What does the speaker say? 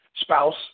spouse